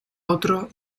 otro